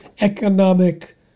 economic